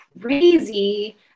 crazy